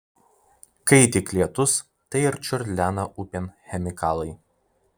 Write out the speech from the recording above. kai tik lietus tai ir čiurlena upėn chemikalai